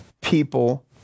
people